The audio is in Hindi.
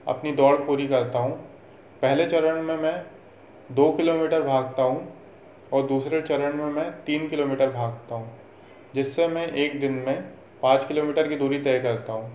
अपनी दौड़ पूरी करता हूँ पहले चरण में मैं दो किलोमीटर भागता हूँ और दूसरे चरण में मैं तीन किलोमीटर भागता हूँ जिससे मैं एक दिन में पाँच किलोमीटर की दूरी तय करता हूँ